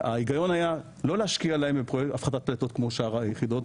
ההיגיון היה לא להשקיע בהן הפחתת פליטות כמו שאר היחידות,